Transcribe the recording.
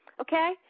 Okay